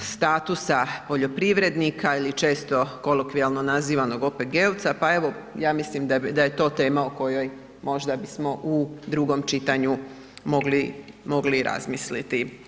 statusa poljoprivrednika ili često kolokvijalno nazivanog OPG-ovca, pa evo, ja mislim da je to tema o kojoj možda bismo u drugom čitanju mogli i razmisliti.